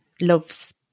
loves